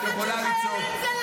את יכולה לצעוק.